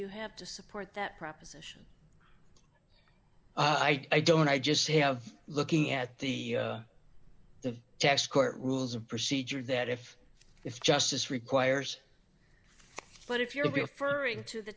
you have to support that proposition i don't i just see have looking at the the tax court rules of procedure that if if justice requires but if you're referring to the